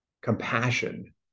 compassion